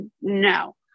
No